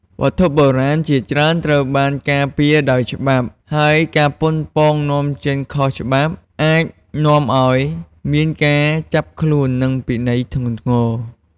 វត្ថុបុរាណជាច្រើនត្រូវបានការពារដោយច្បាប់ ហើយការប៉ុនប៉ងនាំចេញខុសច្បាប់អាចនាំឲ្យមានការចាប់ខ្លួន និងពិន័យធ្ងន់ធ្ងរ។